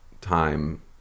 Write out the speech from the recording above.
time